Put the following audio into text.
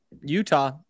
Utah